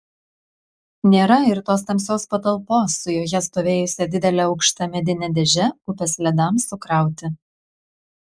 nėra ir tos tamsios patalpos su joje stovėjusia didele aukšta medine dėže upės ledams sukrauti